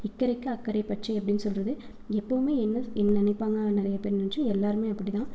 இக்கரைக்கு அக்கரை பச்சை அப்படின்னு சொல்கிறது எப்பவுமே என்ன என்ன நினைப்பாங்க நிறைய பேர் நினைச்சு எல்லாருமே அப்படிதா